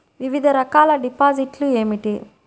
వివిధ రకాల డిపాజిట్లు ఏమిటీ?